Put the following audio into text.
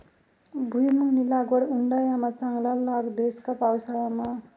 भुईमुंगनी लागवड उंडायामा चांगला लाग देस का पावसाळामा